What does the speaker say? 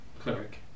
cleric